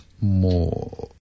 more